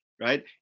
Right